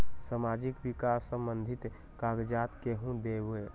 समाजीक विकास संबंधित कागज़ात केहु देबे?